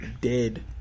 Dead